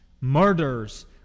murders